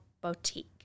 boutique